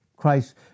Christ